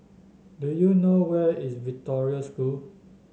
do you know where is Victoria School